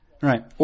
Right